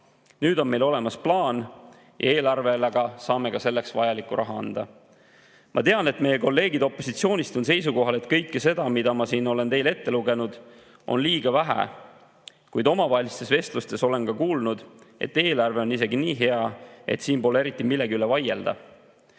Nüüd on meil olemas plaan ja eelarvega saame ka selleks vajaliku raha anda. Ma tean, et meie kolleegid opositsioonist on seisukohal, et kõike seda, mida ma olen teile ette lugenud, on liiga vähe. Kuid omavahelistes vestlustes olen kuulnud, et eelarve on isegi nii hea, et siin pole eriti millegi üle vaielda.